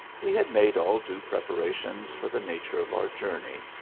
we had made all due preparations for the nature of our journey,